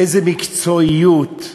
איזו מקצועיות.